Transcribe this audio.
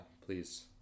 please